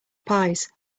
pies